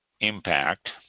impact